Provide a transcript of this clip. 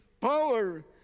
power